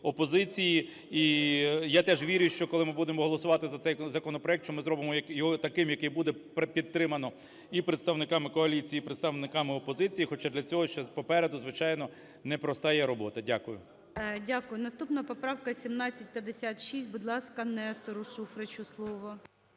я теж вірю, що коли ми будемо голосувати за цей законопроект, що ми зробимо його таким, який буде підтримано і представниками коаліції, і представниками опозиції, хоча для цього ще попереду, звичайно, непросто є робота. Дякую. ГОЛОВУЮЧИЙ. Дякую. Наступна поправка 1756. Будь ласка, Нестору Шуфричу слово.